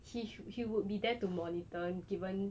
he should he would be there to monitor given